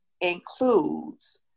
includes